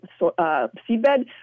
seedbed